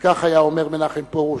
וכך היה אומר מנחם פרוש: